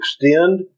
extend